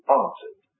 answered